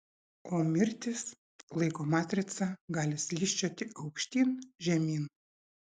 o mirtys laiko matrica gali slysčioti aukštyn žemyn